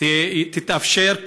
זה יתאפשר,